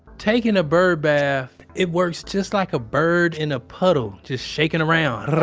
taking a birdbath. it works just like a bird in a puddle, just shaking around.